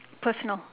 personal